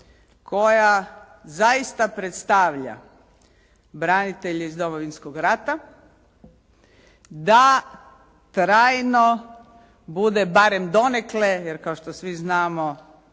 koja zaista predstavlja branitelje iz Domovinskog rata da trajno bude barem donekle, jer kao što svi znamo